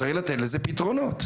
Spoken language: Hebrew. צריך לתת לזה פתרונות.